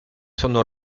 sono